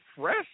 fresh